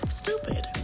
stupid